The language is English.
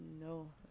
no